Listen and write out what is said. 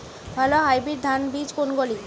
ভালো হাইব্রিড ধান বীজ কোনগুলি?